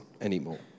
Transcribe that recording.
anymore